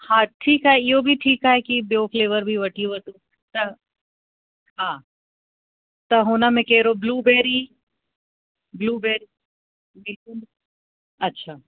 हा ठीकु आहे इहो बि ठीकु आहे कि ॿियो फ़्लेवर वठी वठूं त हा हुन में कहिड़ो ब्लूबेरी ब्लूबेरी अच्छा